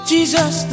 Jesus